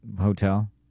hotel